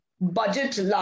budget